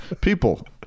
People